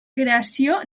creació